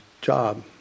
job